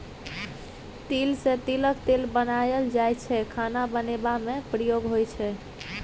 तिल सँ तिलक तेल बनाएल जाइ छै खाना बनेबा मे प्रयोग होइ छै